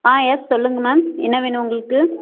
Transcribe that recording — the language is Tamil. ஆ யெஸ் சொல்லுங்கள் மேம் என்ன வேணும் உங்களுக்கு